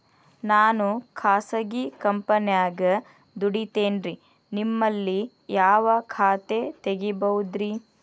ನಾನು ಖಾಸಗಿ ಕಂಪನ್ಯಾಗ ದುಡಿತೇನ್ರಿ, ನಿಮ್ಮಲ್ಲಿ ಯಾವ ಖಾತೆ ತೆಗಿಬಹುದ್ರಿ?